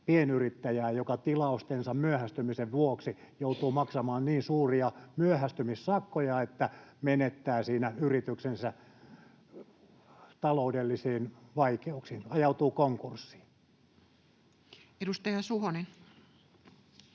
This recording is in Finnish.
pienyrittäjää, joka tilaustensa myöhästymisen vuoksi joutuu maksamaan niin suuria myöhästymissakkoja, että menettää siinä yrityksensä taloudellisiin vaikeuksiin, ajautuu konkurssiin. [Speech